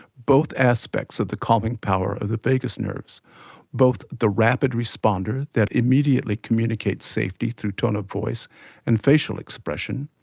both aspects aspects of the calming power of the vagus nerves both the rapid-responder that immediately communicates safety through tone of voice and facial expression,